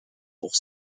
pour